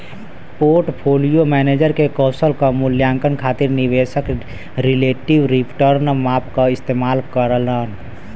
portfolio manager के कौशल क मूल्यांकन खातिर निवेशक रिलेटिव रीटर्न माप क इस्तेमाल करलन